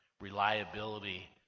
reliability